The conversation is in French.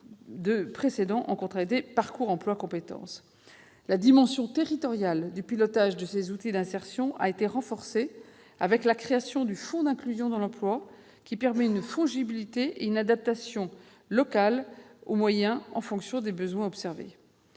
aidés précédent en contrats aidés parcours emploi compétences. La dimension territoriale du pilotage de ces outils d'insertion a été renforcée avec la création du fonds d'inclusion dans l'emploi, qui permet une fongibilité et une adaptation locale aux moyens en fonction des besoins observés.